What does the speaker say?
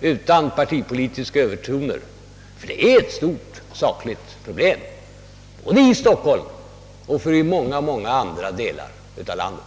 utan partipolitiska övertoner. Det gäller ett stort sakligt problem både för Stockholm och för många andra delar av landet.